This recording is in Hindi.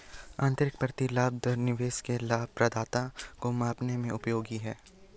आंतरिक प्रतिलाभ दर निवेशक के लाभप्रदता को मापने में उपयोगी है